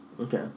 Okay